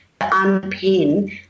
unpin